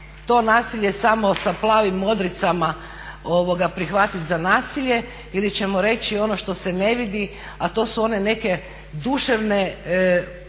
to nasilje samo sa plavim modricama prihvatit za nasilje ili ćemo reći ono što se ne vidi, a to su one neke duševne boli koje